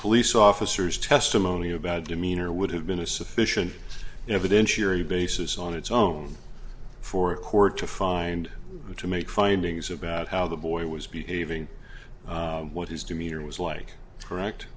police officers testimony about demeanor would have been a sufficient evidence cheery basis on its own for a court to find to make findings about how the boy was behaving what his demeanor was like correct